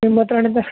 ನಿಮ್ಮ ಹತ್ರ